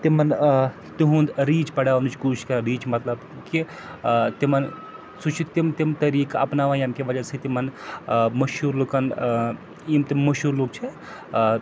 تِمَن ٲں تِہُنٛد ریٖچ بڑھاونٕچۍ کوٗشِش کَران ریٖچ مطلب کہِ ٲں تِمَن سُہ چھِ تِم تِم طریٖقہٕ اَپناوان ییٚمہِ کہِ وَجہ سۭتۍ تِمن ٲں مشہوٗر لوٗکَن ٲں یِم تِم مشہوٗر لوٗکھ چھِ ٲں